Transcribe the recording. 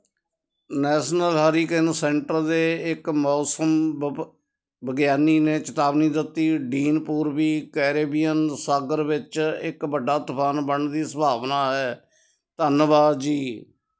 national hurricane centre ਦੇ ਇੱਕ ਮੌਸਮ ਵ ਵਿਗਿਆਨੀ ਨੇ ਚੇਤਾਵਨੀ ਦਿੱਤੀ ਡੀਨ ਪੂਰਬੀ ਕੈਰੇਬੀਅਨ ਸਾਗਰ ਵਿੱਚ ਇੱਕ ਵੱਡਾ ਤੂਫ਼ਾਨ ਬਣਨ ਦੀ ਸੰਭਾਵਨਾ ਹੈ ਧੰਨਵਾਦ ਜੀ